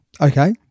Okay